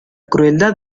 crueldad